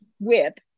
whip